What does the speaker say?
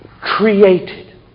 created